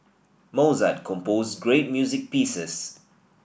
Mozart composed great music pieces